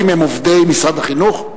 העובדים הם עובדי משרד החינוך?